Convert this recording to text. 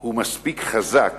הוא מספיק חזק